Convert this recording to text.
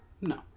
No